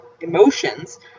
emotions